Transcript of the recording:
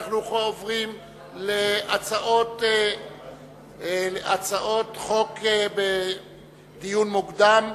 אנחנו עוברים להצעות חוק בדיון מוקדם,